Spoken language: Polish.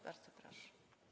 Bardzo proszę.